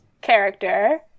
character